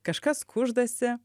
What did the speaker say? kažkas kuždasi